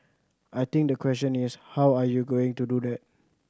I think the question is how are you going to do that